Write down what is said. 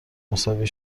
مساوی